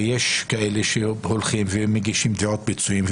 ויש כאלה שמגישים תביעות פיצויים,